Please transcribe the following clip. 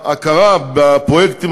ההכרה בפרויקטים,